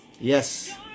Yes